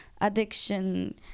addiction